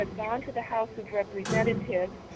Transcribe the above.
ah gone to the house of representatives.